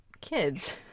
kids